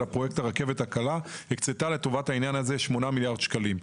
פרויקט הרכבת הקלה והקצתה לטובת העניין הזה שמונה מיליארד שקלים.